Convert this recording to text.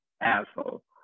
asshole